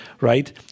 right